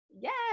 Yes